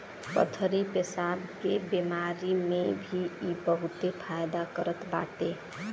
पथरी पेसाब के बेमारी में भी इ बहुते फायदा करत बाटे